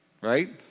right